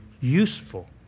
useful